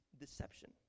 deception